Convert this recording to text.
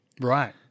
Right